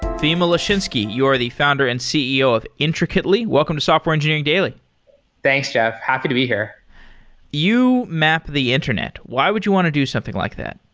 fima leshinsky, you are the founder and ceo of intricately. welcome to software engineering daily thanks, jeff. happy to be here you map the internet. why would you want to do something like that?